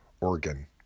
organ